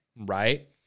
right